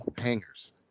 hangers